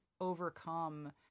overcome